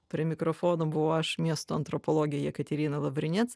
prie mikrofono buvau aš miesto antropologė jekaterina lavriniec